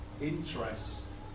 interests